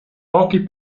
pochi